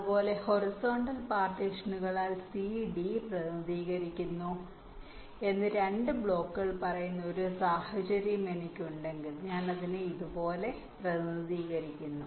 അതുപോലെ ഹൊറിസോണ്ടൽ പാർട്ടീഷനുകളാൽ C D പ്രതിനിധീകരിക്കുന്നു എന്ന് 2 ബ്ലോക്കുകൾ പറയുന്ന ഒരു സാഹചര്യം എനിക്കുണ്ടെങ്കിൽ ഞാൻ അതിനെ ഇതുപോലെ പ്രതിനിധീകരിക്കുന്നു